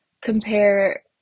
compare